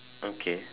okay